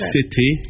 City